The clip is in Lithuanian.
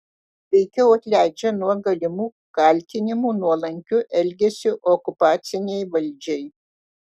veikiau atleidžia nuo galimų kaltinimų nuolankiu elgesiu okupacinei valdžiai